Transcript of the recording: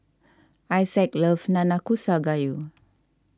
Isaac loves Nanakusa Gayu